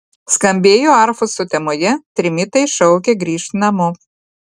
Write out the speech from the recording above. skambėjo arfos sutemoje trimitai šaukė grįžt namo